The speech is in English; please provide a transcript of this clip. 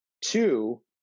Two